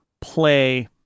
play